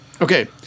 Okay